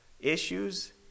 issues